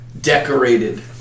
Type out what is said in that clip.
decorated